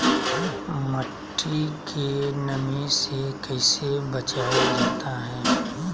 मट्टी के नमी से कैसे बचाया जाता हैं?